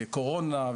קורונה,